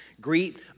Greet